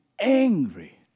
angry